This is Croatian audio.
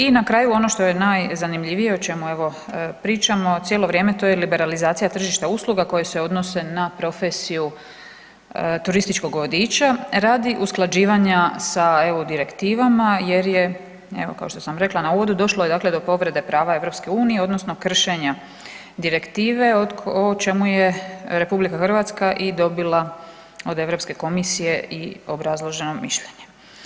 I na kraju ono što je najzanimljivije, o čemu evo pričamo cijelo vrijeme, to je liberalizacija tržišta usluga koje se odnose na profesiju turističkog vodiča radi usklađivanja sa EU direktivama jer je evo kao što sam rekla na uvodu, došlo je dakle do povrede prava EU odnosno kršenja direktive o čemu je RH i dobila od Europske komisije i obrazloženo mišljenje.